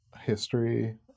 history